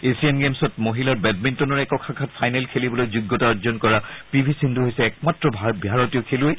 Asian গেমচত মহিলাৰ বেডমিণ্টনৰ একক শাখাত ফাইনেল খেলিবলৈ যোগ্যতা অৰ্জন কৰা পি ভি সিন্ধু হৈছে একমাত্ৰ ভাৰতীয় খেলুৱৈ